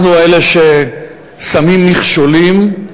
אנחנו אלה ששמים מכשולים,